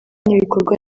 n’ibikorwa